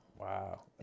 Wow